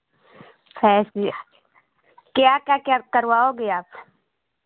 facial क्या का क्या करवाओगे आप